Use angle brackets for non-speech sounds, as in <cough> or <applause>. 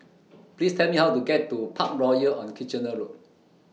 Please Tell Me How to get to <noise> Parkroyal on Kitchener Road